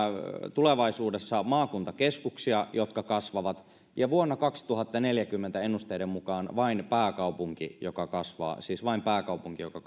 tulevaisuudessa maakuntakeskuksia jotka kasvavat ja vuonna kaksituhattaneljäkymmentä ennusteiden mukaan vain pääkaupunki joka kasvaa siis vain pääkaupunki joka